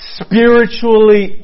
spiritually